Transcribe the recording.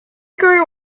grew